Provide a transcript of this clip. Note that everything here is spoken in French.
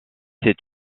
est